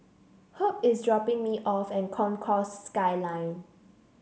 Herb is dropping me off at Concourse Skyline